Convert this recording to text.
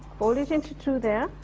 fold it into two there,